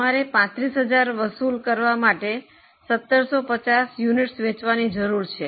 તમારે 35000 વસૂલ કરવા માટે 1750 એકમો વેચવાની જરૂર છે